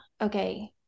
Okay